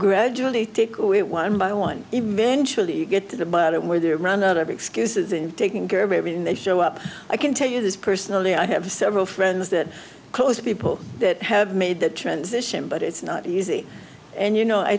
gradually one by one eventually you get to the bottom where they're run out of excuses and taking care of everything they show up i can tell you this personally i have several friends that close people that have made the transition but it's not easy and you know i